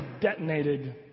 detonated